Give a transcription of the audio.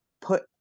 put